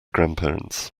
grandparents